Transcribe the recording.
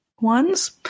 ones